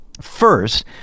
First